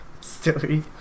story